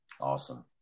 Awesome